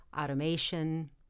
automation